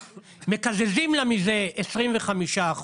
מקזזים לה מזה 25%,